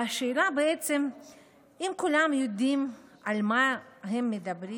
והשאלה היא אם כולם יודעים על מה הם מדברים.